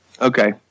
Okay